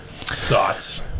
Thoughts